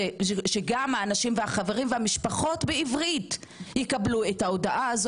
שגם החברים והמשפחות יקבלו את ההודעה בעברית.